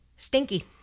Stinky